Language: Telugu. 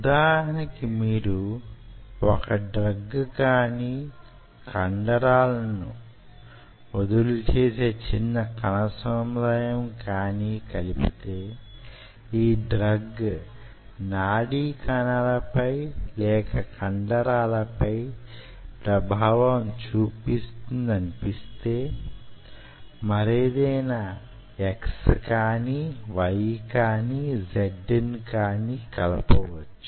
ఉదాహరణకు మీరు ఒక డ్రగ్ కానీ కండరాలను వదులు చేసే చిన్న కణసముదాయం కానీ కలిపితే ఈ డ్రగ్ నాడీ కణాలపై లేక కండరాలపై ప్రభావం చూపుతుందనిపిస్తే మరేదైనా xyz ను కలుపవచ్చు